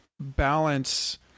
balance